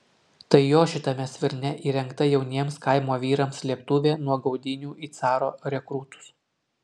tai jo šitame svirne įrengta jauniems kaimo vyrams slėptuvė nuo gaudynių į caro rekrūtus